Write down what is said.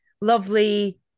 lovely